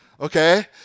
okay